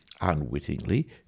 unwittingly